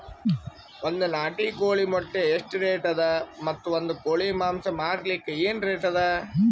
ಒಂದ್ ನಾಟಿ ಕೋಳಿ ಮೊಟ್ಟೆ ಎಷ್ಟ ರೇಟ್ ಅದ ಮತ್ತು ಒಂದ್ ಕೋಳಿ ಮಾಂಸ ಮಾರಲಿಕ ಏನ ರೇಟ್ ಅದ?